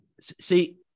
See